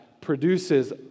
produces